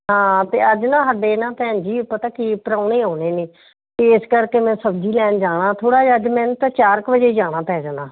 ਹਾਂ ਅਤੇ ਅੱਜ ਨਾ ਹਾਡੇ ਨਾ ਭੈਣ ਜੀ ਪਤਾ ਕੀ ਪਰਾਉਣੇ ਆਉਣੇ ਨੇ ਤਾਂ ਇਸ ਕਰਕੇ ਮੈਂ ਸਬਜ਼ੀ ਲੈਣ ਜਾਣਾ ਥੋੜ੍ਹਾ ਜਿਹਾ ਅੱਜ ਮੈਨੂੰ ਤਾਂ ਚਾਰ ਕੁ ਵਜੇ ਜਾਣਾ ਪੈ ਜਾਣਾ